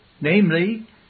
namely